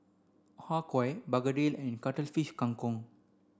Har Kow Begedil and Cuttlefish Kang Kong